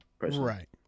right